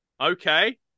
Okay